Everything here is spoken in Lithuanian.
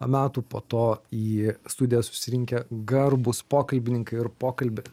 metų po to į studiją susirinkę garbūs pokalbininkai ir pokalbį